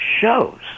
shows